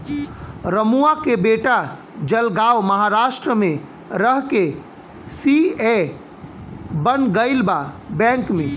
रमुआ के बेटा जलगांव महाराष्ट्र में रह के सी.ए बन गईल बा बैंक में